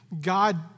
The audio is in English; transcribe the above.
God